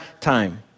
time